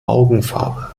augenfarbe